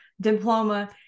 diploma